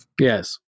Yes